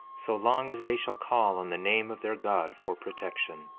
so long as they shall call on the name of their god for protection.